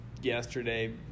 yesterday